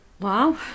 Wow